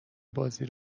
بازی